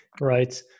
right